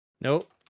Nope